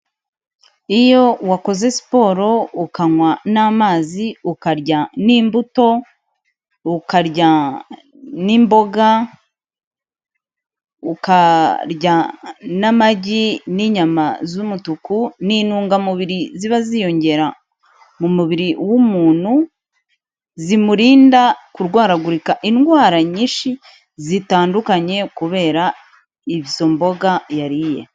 Iyo wakoze siporo, ukanywa n'amazi, ukarya n'imbuto, ukarya n'imboga, ukarya n'amagi n'inyama z'umutuku, ni intungamubiri ziba ziyongera mu mubiri w'umuntu zimurinda kurwaragurika indwara nyinshi zitandukanye kubera izo mboga yariye.